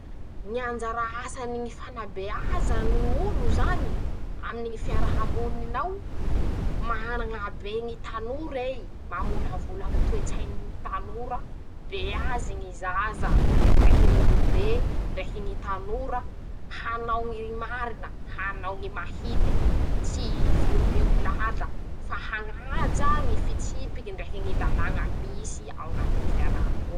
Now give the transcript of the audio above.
Ñy anjara asany ñy fanabeazany ñ'olo zany aminy ñy fiarahamonin'ao: -Manabe ñy tanora i, mamolavola ñy toetsainy ñy tanora; beazy ñy zaza ndraiky ñ'olobe, ndraiky ñy tanora, hanao ñy marina, hanao ñy mahite, tsy hiviombio lala, fa hañajà ñy fitsipike ndreky ñy lalàña misy ao añatiny ñy fiarahamonina.